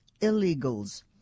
illegals